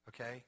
Okay